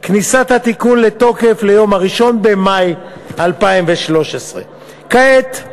כניסת התיקון לתוקף ליום 1 במאי 2013. כעת,